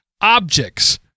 objects